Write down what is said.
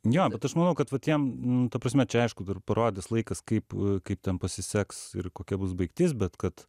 jo bet aš manau kad vat jiem nu ta prasme čia aišku dar parodys laikas kaip kaip ten pasiseks ir kokia bus baigtis bet kad